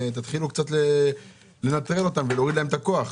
תתחילו לנטרל אותם קצת, ולהוריד להם את הכוח.